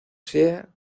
sea